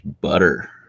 butter